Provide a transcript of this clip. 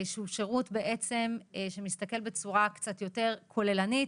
שהוא שירות שבעצם מסתכל בצורה קצת יותר כוללנית.